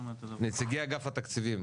נציגי אגף תקציבים,